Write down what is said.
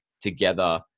together